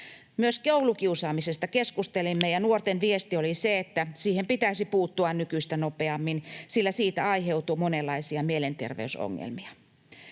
Myös koulukiusaamisesta keskustelimme, ja nuorten viesti oli se, että siihen pitäisi puuttua nykyistä nopeammin, sillä siitä aiheutuu monenlaisia mielenterveysongelmia.